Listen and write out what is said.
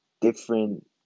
different